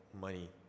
money